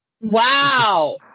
Wow